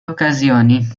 occasioni